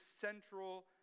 central